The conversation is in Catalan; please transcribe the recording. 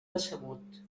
decebut